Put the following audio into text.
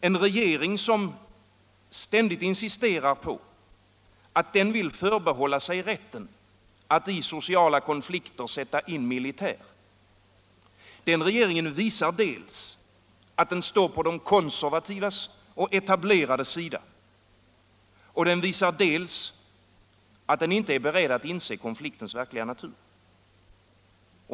En regering, som ständigt insisterar på att förbehålla sig rätten att i sociala konflikter sätta in militär, visar dels att den står på de konservativas och etablerades sida, dels att den inte är beredd att inse konfliktens verkliga natur.